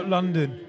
London